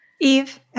Eve